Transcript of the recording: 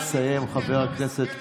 היא צריכה לסיים, חבר הכנסת קרעי.